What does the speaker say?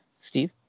Steve